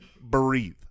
breathe